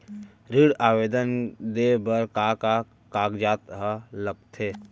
ऋण आवेदन दे बर का का कागजात ह लगथे?